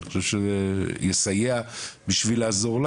ואני חושב שיסייע בשביל לעזור לה